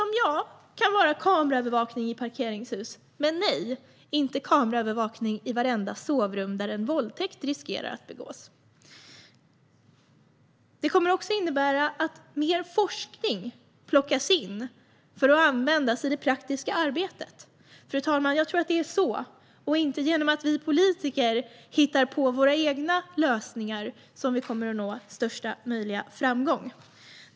Det kan vara kameraövervakning i parkeringshus men inte kameraövervakning i vartenda sovrum där en våldtäkt riskerar att begås. Mer forskning ska också användas i det praktiska arbetet. Fru talman! Det är så och inte genom att vi politiker hittar på våra egna lösningar som vi kommer att nå största möjliga framgång.